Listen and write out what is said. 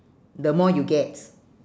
the more you get